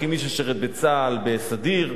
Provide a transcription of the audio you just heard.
כמי ששירת בצה"ל בסדיר,